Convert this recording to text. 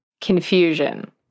Confusion